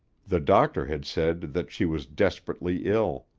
the doctor had said that she was desperately ill.